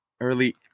early